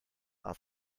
are